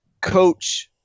coach –